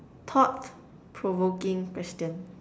thought provoking question